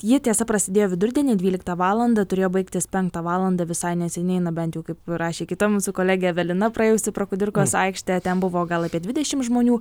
ji tiesa prasidėjo vidurdienį dvyliktą valandą turėjo baigtis penktą valandą visai neseniai na bent jau kaip rašė kita mūsų kolegė evelina praėjusi pro kudirkos aikštę ten buvo gal apie dvidešim žmonių